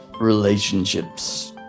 relationships